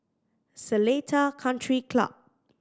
Seletar Country Club